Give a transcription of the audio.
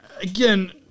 again